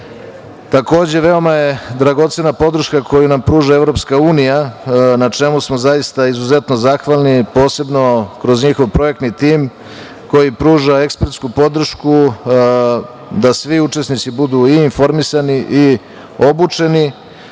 veoma je dragocena podrška koju nam pruža Evropska unija, na čemu smo zaista izuzetno zahvalni, posebno kroz njihov projektni tim koji pruža ekspertsku podršku da svi učesnici budu i informisani i obučeni,